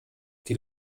die